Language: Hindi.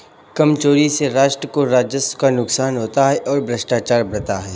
कर चोरी से राष्ट्र को राजस्व का नुकसान होता है और भ्रष्टाचार बढ़ता है